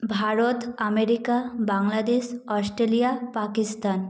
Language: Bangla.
Bharat America Bangladesh Australia Pakistan